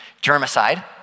germicide